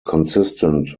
consistent